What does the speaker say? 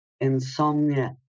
insomnia